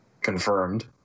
confirmed